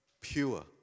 pure